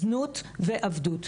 זנות ועבדות.